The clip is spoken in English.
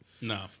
No